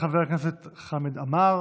תודה רבה לחבר הכנסת חמד עמאר.